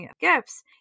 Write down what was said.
gifts